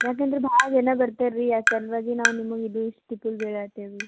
ಯಾಕಂದ್ರೆ ಭಾಳ ಜನ ಬರ್ತಾರೆ ರೀ ಆ ಸಲುವಾಗಿ ನಾವು ನಿಮುಗೆ ಇದು ಇಷ್ಟು ಹೇಳತ್ತೇವೆ ರಿ